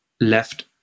left